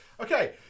Okay